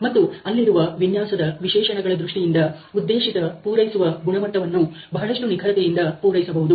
ಮತ್ತು ಅಲ್ಲಿರುವ ವಿನ್ಯಾಸದ ವಿಶೇಷಣಗಳ ದೃಷ್ಟಿಯಿಂದ ಉದ್ದೇಶಿತ ಪೂರೈಸುವ ಗುಣಮಟ್ಟವನ್ನು ಬಹಳಷ್ಟು ನಿಖರತೆಯಿಂದ ಪೂರೈಸಸಬಹುದು